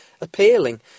appealing